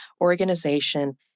organization